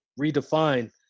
redefine